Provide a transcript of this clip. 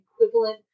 equivalent